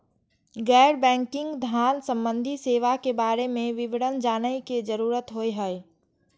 गैर बैंकिंग धान सम्बन्धी सेवा के बारे में विवरण जानय के जरुरत होय हय?